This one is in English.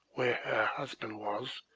where her husband was,